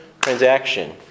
transaction